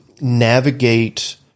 navigate